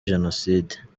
jenoside